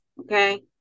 Okay